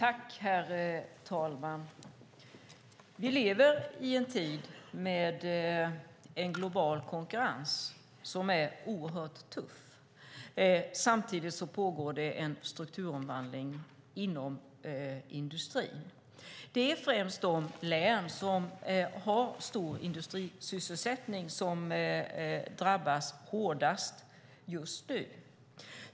Herr talman! Vi lever i en tid med en global konkurrens som är oerhört tuff. Samtidigt pågår det en strukturomvandling inom industrin. Det är främst de län som har stor industrisysselsättning som drabbas hårdast just nu.